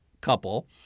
couple